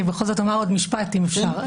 אני בכל זאת אומר עוד משפט, אם אפשר.